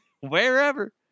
wherever